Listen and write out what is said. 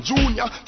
Junior